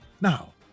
Now